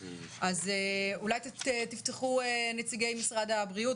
אולי תפתחו, נציגי משרד הבריאות.